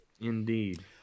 Indeed